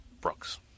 Brooks